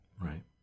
Right